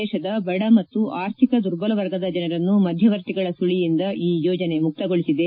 ದೇಶದ ಬಡ ಮತ್ತು ಆರ್ಥಿಕ ದುರ್ಬಲ ವರ್ಗದ ಜನರನ್ನು ಮಧ್ವವರ್ತಿಗಳ ಸುಳಿಯಿಂದ ಈ ಯೋಜನೆ ಮುಕ್ತಗೊಳಿಸಿದೆ